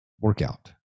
workout